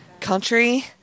country